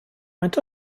faint